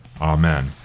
Amen